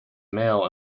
male